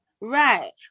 Right